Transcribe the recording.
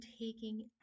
taking